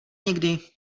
někdy